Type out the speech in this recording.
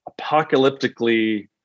apocalyptically